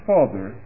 Father